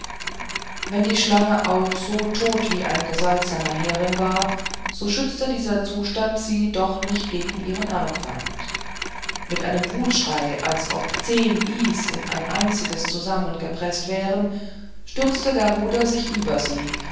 wenn die schlange aber auch so tot wie ein gesalzener hering war so schützte dieser zustand sie doch nicht gegen ihren erbfeind mit einem wutschrei als ob zehn is in ein einziges zusammengepreßt wären stürzte garuda sich über sie